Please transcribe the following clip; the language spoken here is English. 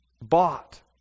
bought